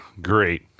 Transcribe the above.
great